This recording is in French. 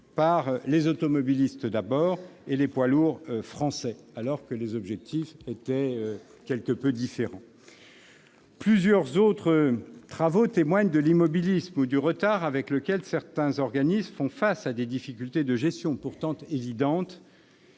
par les automobilistes d'abord et les poids lourds français. Quelle erreur ! Plusieurs autres travaux témoignent de l'immobilisme ou du retard avec lequel certains organismes font face à des difficultés de gestion pourtant évidentes